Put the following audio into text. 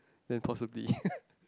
then possibly